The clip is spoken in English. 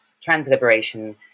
trans-liberation